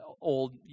old